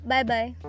Bye-bye